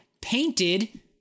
painted